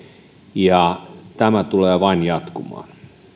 ja tämä tulee vain jatkumaan